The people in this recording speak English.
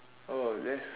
oh that's